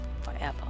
forever